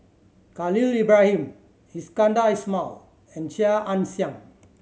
Khalil Ibrahim Iskandar Ismail and Chia Ann Siang